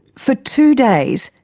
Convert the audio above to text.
for two days,